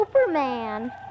Superman